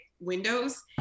windows